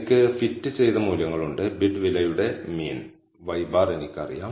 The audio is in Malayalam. എനിക്ക് ഫിറ്റ് ചെയ്ത മൂല്യങ്ങളുണ്ട് ബിഡ് വിലയുടെ മീൻ y̅ എനിക്കറിയാം